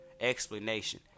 explanation